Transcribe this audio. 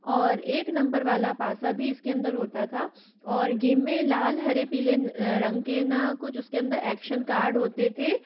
और एक नंबर वाला पासा भी इसके अंदर होता था और गेम में लाल हरे पीले रंग के ना कुछ उसके अंदर एक्शन कार्ड होते थे